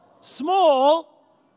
small